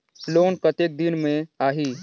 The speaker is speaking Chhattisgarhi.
लोन कतेक दिन मे आही?